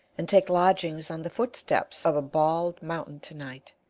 and take lodgings on the footsteps of a bald mountain to-night